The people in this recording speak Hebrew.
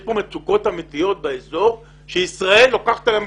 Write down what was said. יש כאן מצוקות אמיתיות באזור שישראל לוקחת עליהן